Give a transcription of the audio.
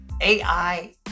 AI